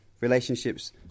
Relationships